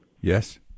Yes